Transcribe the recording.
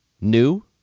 New